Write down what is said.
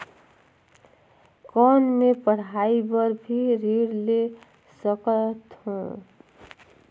कौन मै पढ़ाई बर भी ऋण ले सकत हो?